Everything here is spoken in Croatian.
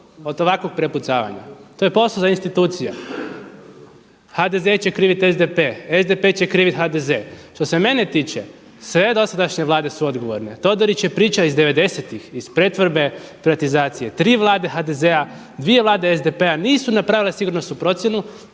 od ovakvog prepucavanja, to je posao za institucije. HDZ će kriviti SDP, SDP će kriviti HDZ. Što se mene tiče, sve dosadašnje vlade su odgovorne, Todorić je priča iz devedesetih iz pretvorbe i privatizacije. Tri vlade HDZ-a, dvije vlade SDP-a nisu napravile sigurnosnu procjenu,